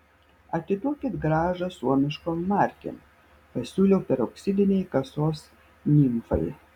atiduokit grąžą suomiškom markėm pasiūliau peroksidinei kasos nimfai